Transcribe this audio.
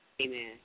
Amen